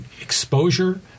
exposure